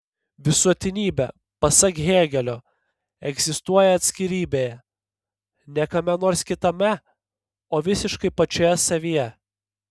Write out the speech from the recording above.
visuotinybė pasak hėgelio egzistuoja atskirybėje ne kame nors kitame o visiškai pačioje savyje